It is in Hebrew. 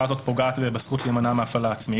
הזאת פוגעת בזכות להימנע מהפללה עצמית